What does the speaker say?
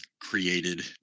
created